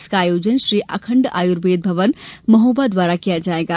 इसका आयोजन श्री अखण्ड आयुर्वेद भवन महोबा द्वारा किया जायेगा